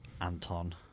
Anton